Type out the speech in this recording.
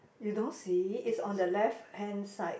you don't see it's on the left hand side